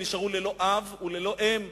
ונשארו ללא אב וללא אם,